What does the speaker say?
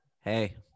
Hey